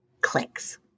clicks